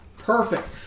Perfect